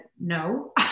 no